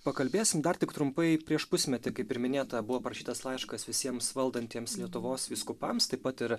pakalbėsim dar tik trumpai prieš pusmetį kaip ir minėta buvo parašytas laiškas visiems valdantiems lietuvos vyskupams taip pat ir